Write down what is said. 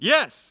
Yes